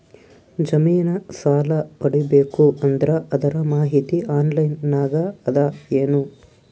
ಜಮಿನ ಸಾಲಾ ಪಡಿಬೇಕು ಅಂದ್ರ ಅದರ ಮಾಹಿತಿ ಆನ್ಲೈನ್ ನಾಗ ಅದ ಏನು?